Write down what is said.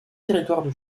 territoires